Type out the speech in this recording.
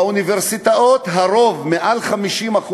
באוניברסיטאות הרוב, מעל 50%,